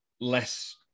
less